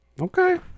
Okay